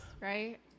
right